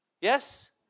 Yes